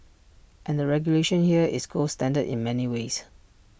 and the regulation here is gold standard in many ways